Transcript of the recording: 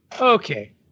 Okay